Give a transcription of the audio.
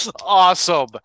Awesome